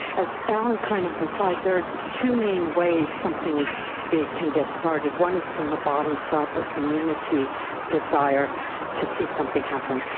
as alan kind of implied, there are two main ways something big can get started, one is from the bottom so up, a community desire to see something happen,